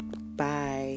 Bye